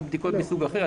או בדיקות מסוג אחר,